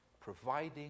...providing